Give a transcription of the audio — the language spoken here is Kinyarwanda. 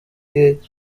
nibwo